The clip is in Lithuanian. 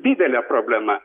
didelė problema